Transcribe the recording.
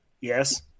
Yes